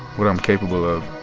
what i'm capable of